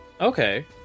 Okay